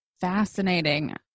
fascinating